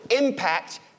impact